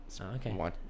Okay